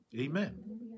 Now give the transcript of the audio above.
Amen